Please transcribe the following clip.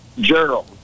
Gerald